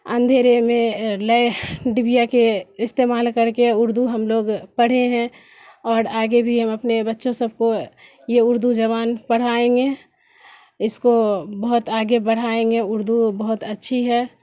اندھیرے میں لے ڈبیا کے استعمال کر کے اردو ہم لوگ پڑھے ہیں اور آگے بھی ہم اپنے بچوں سب کو یہ اردو زبان پڑھائیں گے اس کو بہت آگے بڑھائیں گے اردو بہت اچھی ہے